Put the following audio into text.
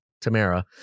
Tamara